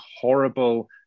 horrible